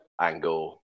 angle